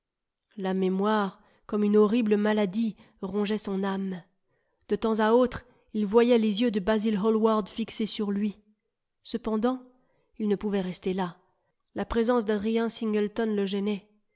la mémoire comme une horrible maladie rongeait son âme de temps à autre il voyait les yeux de basil hallward fixés sur lui cependant il ne pouvait rester là la présence d'adrien singleton le gênait